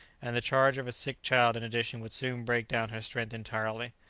and the charge of a sick child in addition would soon break down her strength entirely.